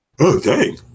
Okay